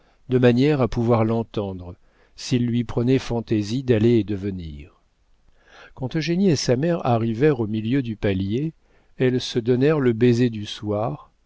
de manière à pouvoir l'entendre s'il lui prenait fantaisie d'aller et de venir quand eugénie et sa mère arrivèrent au milieu du palier elles se donnèrent le baiser du soir